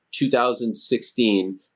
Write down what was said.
2016